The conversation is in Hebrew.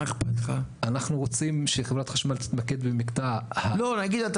אנחנו רוצים שחברת החשמל תתמקד במקטע --- נגיד,